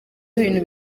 ibintu